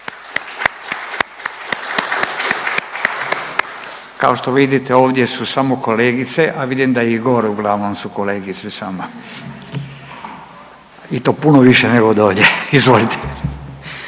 Kao što vidite ovdje su samo kolegice, a vidim da i gore uglavnom su kolegice samo i to puno više nego dolje, izvolite.